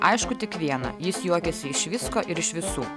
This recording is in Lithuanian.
aišku tik viena jis juokiasi iš visko ir iš visų